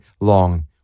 long